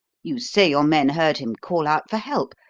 you say your men heard him call out for help.